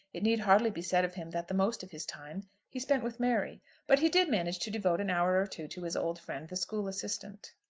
it need hardly be said of him that the most of his time he spent with mary but he did manage to devote an hour or two to his old friend, the school-assistant.